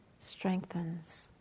strengthens